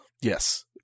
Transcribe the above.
Yes